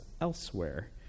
elsewhere